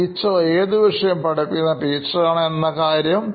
teacher ഏതു വിഷയം പഠിപ്പിക്കുന്ന ടീച്ചർ ആണ് എന്ന കാര്യം